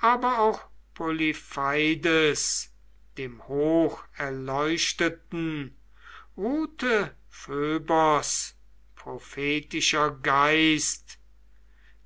aber auf polypheides dem hocherleuchteten ruhte phöbos prophetischer geist